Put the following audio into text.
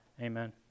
Amen